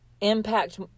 impact